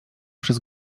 przez